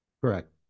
correct